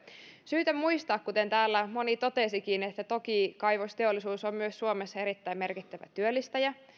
syytä muistaa kuten täällä moni totesikin että toki kaivosteollisuus on suomessa myös erittäin merkittävä työllistäjä meillä